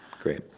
Great